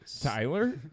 Tyler